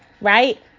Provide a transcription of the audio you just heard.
Right